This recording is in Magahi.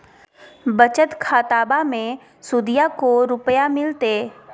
बचत खाताबा मे सुदीया को रूपया मिलते?